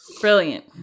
Brilliant